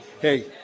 hey